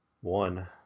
one